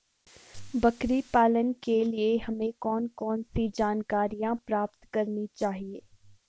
बकरी पालन के लिए हमें कौन कौन सी जानकारियां प्राप्त करनी चाहिए?